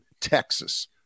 Texas